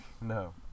no